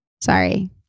sorry